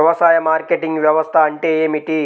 వ్యవసాయ మార్కెటింగ్ వ్యవస్థ అంటే ఏమిటి?